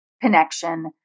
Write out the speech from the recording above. connection